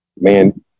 man